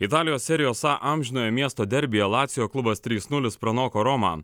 italijos serijos a amžinojo miesto derbyje lacijo klubas trys nulis pranoko romą